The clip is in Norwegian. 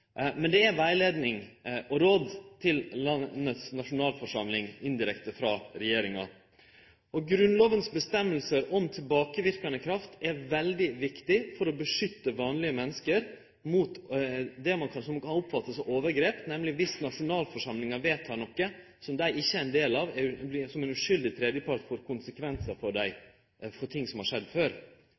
Men det er rettleiing og råd til landets nasjonalforsamling, indirekte frå regjeringa. Grunnlovas vedtak om tilbakeverkande kraft er veldig viktig for å beskytte vanlege menneske mot det ein kanskje kan oppfatte som overgrep, nemleg dersom nasjonalforsamlinga vedtek noko som dei ikkje er ein del av – eller vert som ein uskuldig tredjepart, og at ting som har skjedd før,